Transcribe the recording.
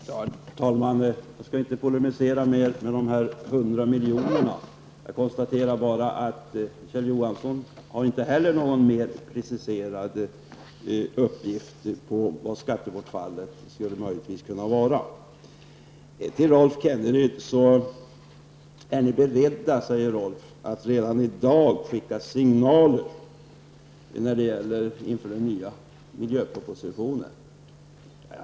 Herr talman! Jag skall inte polemisera ytterligare om dessa 100 miljoner. Jag konstaterar bara att Kjell Johansson inte heller har någon mer preciserad siffra på vad skattebortfallet skulle kunna tänkas bli. Rolf Kenneryd frågar om socialdemokraterna redan i dag är beredda att skicka ut signaler beträffande den kommande miljöpropositionen.